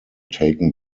taken